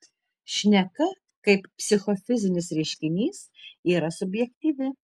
šneka kaip psichofizinis reiškinys yra subjektyvi